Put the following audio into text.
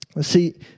See